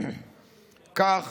כך